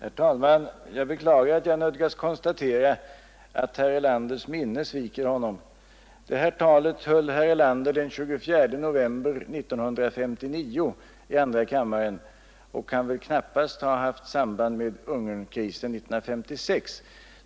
Herr talman! Jag beklagar att jag nödgas konstatera att herr Erlanders minne sviker honom. Det här talet höll herr Erlander den 24 november 1959 i andra kammaren, och det kan väl knappast ha haft samband med Ungernkrisen 1956.